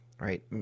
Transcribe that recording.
right